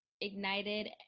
ignited